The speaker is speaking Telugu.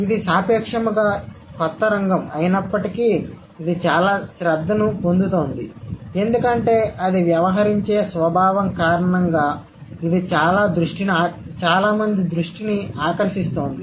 ఇది సాపేక్షముగా ఇది కొత్త రంగం అయినప్పటికీ ఇది చాలా శ్రద్ధను పొందుతోంది ఎందుకంటే అది వ్యవహరించే స్వభావం కారణంగా ఇది చాలా దృష్టిని ఆకర్షిస్తోంది